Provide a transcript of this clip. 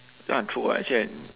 ya true actually I